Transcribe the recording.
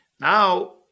Now